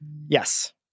Yes